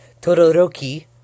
Todoroki